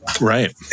right